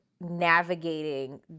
navigating